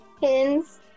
pins